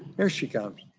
here she comes.